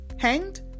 hanged